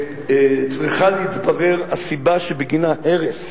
שצריכה להתברר הסיבה שבגינה הרס